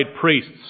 priests